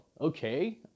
Okay